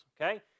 Okay